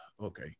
Okay